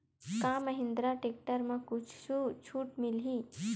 का महिंद्रा टेक्टर म कुछु छुट मिलही?